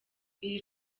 iri